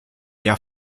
der